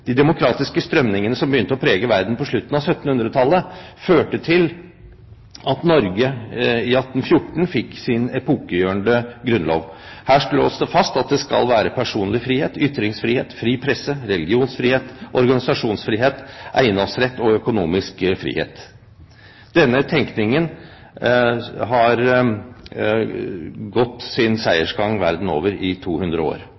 De demokratiske strømningene som begynte å prege verden på slutten av 1700-tallet, førte til at Norge i 1814 fikk sin epokegjørende grunnlov. Her slås det fast at det skal være personlig frihet, ytringsfrihet, fri presse, religionsfrihet, organisasjonsfrihet, eiendomsrett og økonomisk frihet. Denne tenkningen har gått sin seiersgang verden over i 200 år.